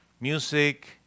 music